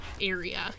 area